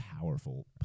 powerful